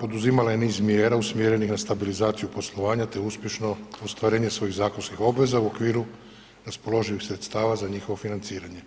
poduzimala je niz mjera usmjerenih na stabilizaciju poslovanja te uspješno ostvarenje svojih zakonskih obveza u okviru raspoloživih sredstava za njihovo financiranje.